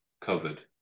covered